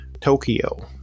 Tokyo